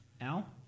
Al